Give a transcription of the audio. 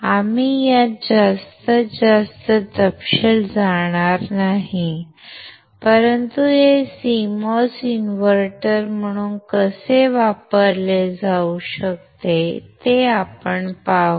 आम्ही यात जास्त तपशील जाणार नाही परंतु हे CMOS इन्व्हर्टर म्हणून कसे वापरले जाऊ शकते ते आपण पाहू